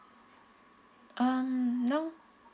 mm no